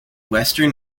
western